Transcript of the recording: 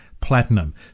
platinum